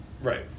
Right